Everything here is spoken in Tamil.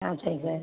ஆ சரி சார்